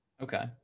Okay